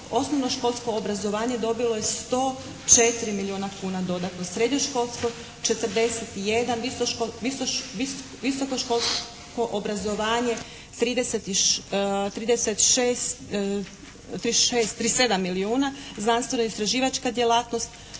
Osnovno školsko obrazovanje dobilo je 104 milijuna kuna dodatno, srednjoškolsko 41, visoko školsko obrazovanje 37 milijuna, znanstveno-istraživačka djelatnost